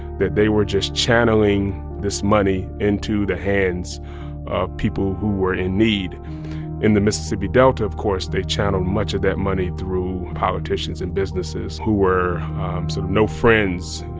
that they were just channeling this money into the hands of people who were in need in the mississippi delta, of course, they channeled much of that money through politicians and businesses who were sort of no friends,